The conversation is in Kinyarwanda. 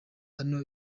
naho